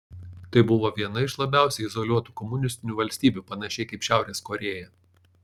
tai buvo viena iš labiausiai izoliuotų komunistinių valstybių panašiai kaip šiaurės korėja